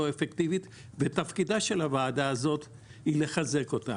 אפקטיבית ותפקידה של הוועדה הזאת היא לחזק אותה.